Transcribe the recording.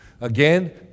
again